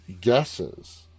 guesses